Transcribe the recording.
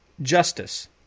justice